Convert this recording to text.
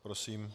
Prosím.